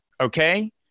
okay